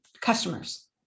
customers